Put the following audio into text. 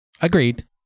agreed